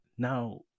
now